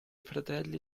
fratelli